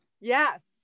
Yes